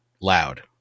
loud